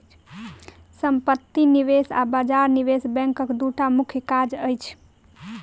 सम्पत्ति निवेश आ बजार निवेश बैंकक दूटा मुख्य काज अछि